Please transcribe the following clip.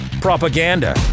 Propaganda